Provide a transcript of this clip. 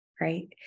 Right